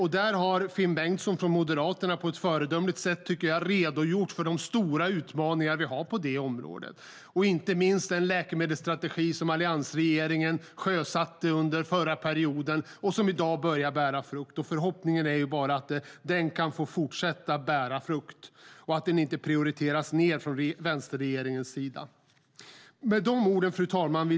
Här har Moderaternas Finn Bengtsson på ett föredömligt sätt redogjort för de stora utmaningar vi har på detta område. Den läkemedelsstrategi som alliansregeringen sjösatte under förra mandatperioden börjar nu bära frukt. Förhoppningen är att den ska få fortsätta att bära frukt och inte prioriteras ned av vänsterregeringen. Fru talman!